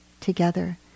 together